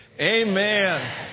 Amen